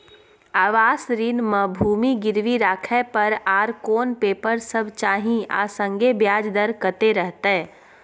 आवास ऋण म भूमि गिरवी राखै पर आर कोन पेपर सब चाही आ संगे ब्याज दर कत्ते रहते?